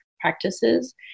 practices